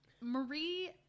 Marie